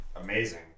amazing